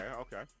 okay